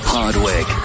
Hardwick